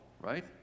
right